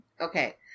Okay